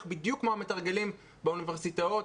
בדיוק כמו המתרגלים באוניברסיטאות.